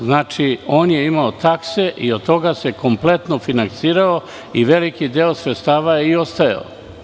Znači, imao je takse i od toga se kompletno finansirao i veliki deo sredstava je i ostajao.